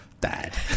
Dad